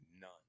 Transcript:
none